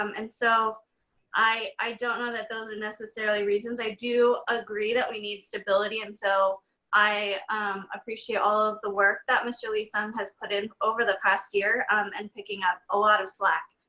um and so i don't know that and necessarily reasons. i do agree that we need stability, and so i appreciate all of the work that mr. lee-sung has put in over the past year um and picking up a lot of slack.